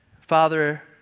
Father